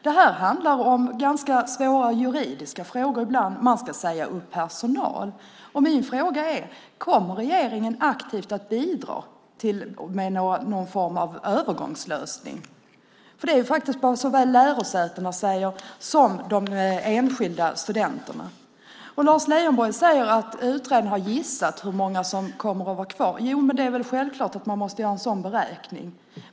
Det handlar om svåra juridiska frågor ibland, och man ska säga upp personal. Min fråga är: Kommer regeringen aktivt att bidra med någon form av övergångslösning? Det är vad såväl lärosätena som de enskilda studenterna säger. Lars Leijonborg säger att utredningen har gissat hur många som kommer att vara kvar. Det är självklart att man måste göra en sådan beräkning.